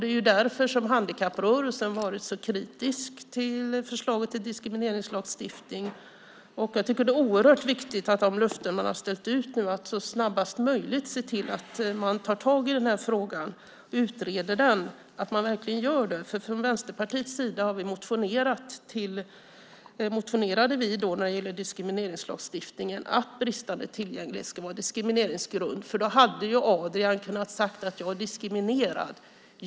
Det är därför som handikapprörelsen varit så kritisk till förslaget till diskrimineringslagstiftning. Det är oerhört viktigt att man verkligen håller de löften man har ställt ut och snabbast möjligt tar tag i frågan och utreder den. Från Vänsterpartiets sida motionerade vi när det gällde diskrimineringslagstiftningen att bristande tillgänglighet skulle vara en diskrimineringsgrund. Adrian hade då kunnat säga: Jag är diskriminerad.